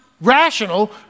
rational